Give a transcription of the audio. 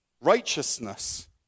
righteousness